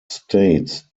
states